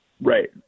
Right